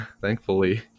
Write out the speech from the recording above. thankfully